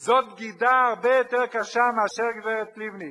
זאת בגידה הרבה יותר קשה מאשר של הגברת לבני,